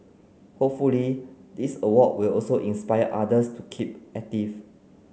hopefully this award will also inspire others to keep active